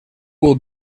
will